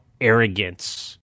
arrogance